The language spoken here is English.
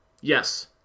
Yes